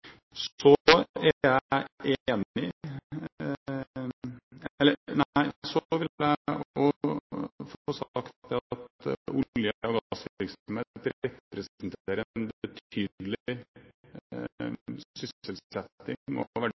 Så vil jeg også få sagt at olje- og gassvirksomhet representerer en betydelig sysselsetting og